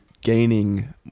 gaining